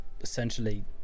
essentially